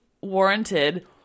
warranted